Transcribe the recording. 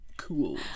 cool